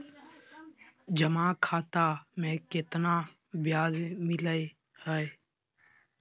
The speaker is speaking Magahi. जमा खाता में केतना ब्याज मिलई हई?